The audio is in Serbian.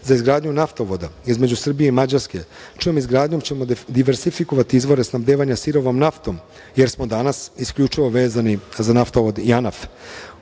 za izgradnju naftovoda između Srbije i Mađarske, čijom izgradnjom ćemo diverzifikovati izvore snabdevanja sirovom naftom, jer smo danas isključivo vezani za naftovod JANAF.